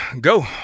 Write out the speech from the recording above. go